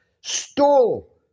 stole